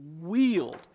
wield